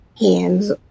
hands